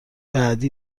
بعدی